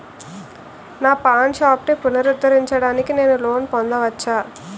నా పాన్ షాప్ని పునరుద్ధరించడానికి నేను లోన్ పొందవచ్చా?